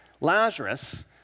Lazarus